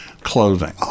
clothing